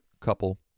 couple